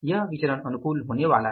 यह विचरण अनुकूल होने वाला है